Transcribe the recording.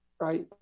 right